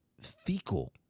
fecal